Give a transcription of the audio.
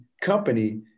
company